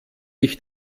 ich